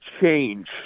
change